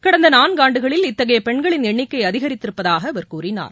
கடந்த நான்கு ஆண்டுகளில் இத்தகைய பெண்களின் எண்ணிக்கை அதிகரித்திருப்பதாக அவர் கூறினார்